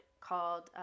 called